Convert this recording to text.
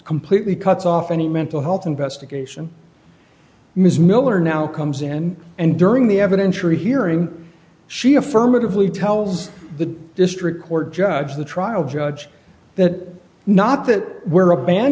completely cuts off any mental health investigation ms miller now comes in and during the evidentiary hearing she affirmatively tells the district court judge the trial judge that not that we're